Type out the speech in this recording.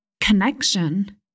connection